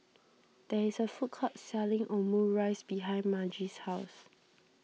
there is a food court selling Omurice behind Margy's house